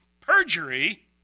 perjury